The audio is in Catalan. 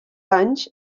anys